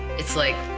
it's like,